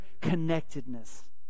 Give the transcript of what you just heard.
connectedness